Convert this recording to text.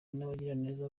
n’abagiraneza